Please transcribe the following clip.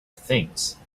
things